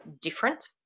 different